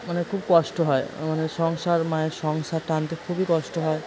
মানে খুব কষ্ট হয় মানে সংসার মায়ের সংসার টানতে খুবই কষ্ট হয়